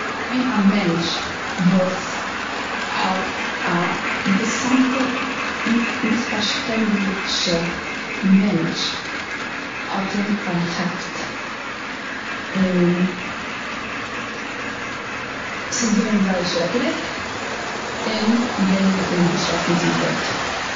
געווען א מענטש וואס האט א אינטערסאנטע מיספארשטענדענישע מענטש האט אים פארכאפט. און, ס'איז געווען זיייער שרעקעדיג. און יענער האט אים דערשאסן צום טויט.